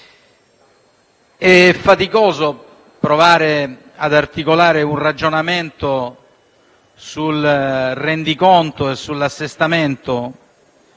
è faticoso provare ad articolare un ragionamento sul rendiconto e sull'assestamento